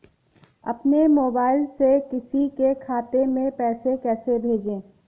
अपने मोबाइल से किसी के खाते में पैसे कैसे भेजें?